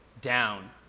down